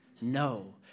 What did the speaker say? No